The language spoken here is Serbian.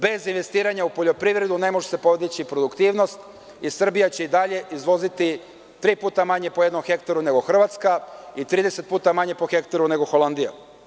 Bez investiranja u poljoprivredu, ne može se podići produktivnost i Srbija će i dalje izvoziti tri puta manje po jednom hektaru nego Hrvatska i 30 puta manje po hektaru nego Holandija.